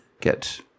get